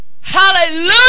Hallelujah